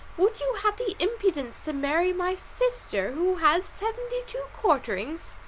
would you have the impudence to marry my sister who has seventy-two quarterings!